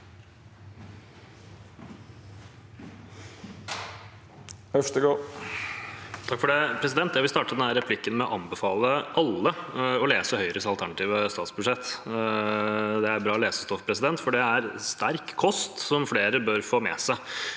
Øvstegård (SV) Jeg vil starte denne replikken med å anbefale alle å lese Høyres alternative statsbudsjett. Det er bra lesestoff, for det er sterk kost som flere bør få med seg.